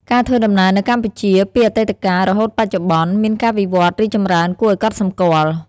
ការធ្វើដំណើរនៅកម្ពុជាពីអតីតកាលរហូតបច្ចុប្បន្ន មានការវិវត្តន៍រីកចម្រើនគួរឲ្យកត់សម្គាល់ ។